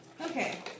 Okay